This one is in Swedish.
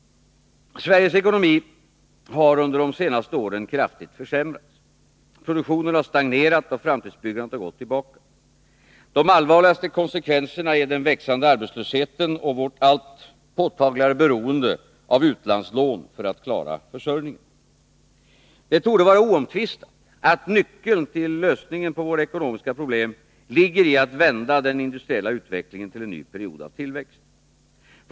Sveriges ekonomi har under de senaste åren kraftigt försämrats. Produktionen har stagnerat och framtidsbyggandet har gått tillbaka. De allvarligaste konsekvenserna är den växande arbetslösheten och vårt allt påtagligare beroende av utlandslån för att klara försörjningen. Det torde vara oomtvistat att nyckeln till lösningen på våra ekonomiska problem ligger i att vända den industriella utvecklingen till en ny period av tillväxt.